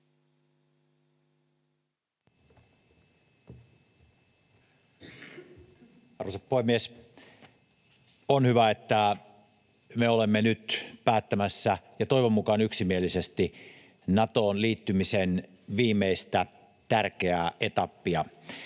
Arvoisa puhemies! On hyvä, että me olemme nyt päättämässä — ja toivon mukaan yksimielisesti — Natoon liittymisen viimeistä tärkeää etappia,